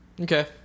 Okay